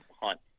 hunt